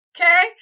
Okay